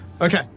Okay